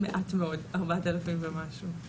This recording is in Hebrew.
מעט מאוד, ארבעת אלפים ומשהו.